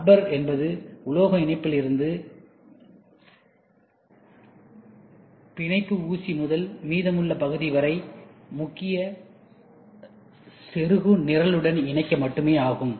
rubber என்பது உலோக இணைப்பிலிருந்து பிணைப்பூசி முதல் மீதமுள்ள பகுதி வரை முக்கிய செருகுநிரலுடன் இணைக்க மட்டுமே ஆகும்